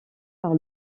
par